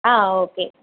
ஆ okay